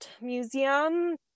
Museum